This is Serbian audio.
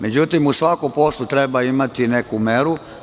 Međutim, u svakom poslu treba imati neku meru.